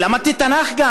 ולמדתי גם תנ"ך,